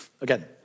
Again